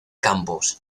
campos